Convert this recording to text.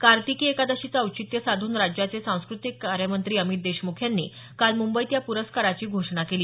कार्तिकी एकादशीचं औचित्य साधून राज्याचे सांस्कृतिक कार्यमंत्री अमित देशमुख यांनी काल मुंबईत या पुरस्काराची घोषणा केली